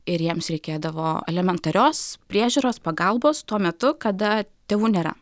ir jiems reikėdavo elementarios priežiūros pagalbos tuo metu kada tėvų nėra